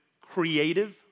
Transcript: creative